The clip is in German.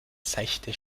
seichte